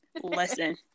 Listen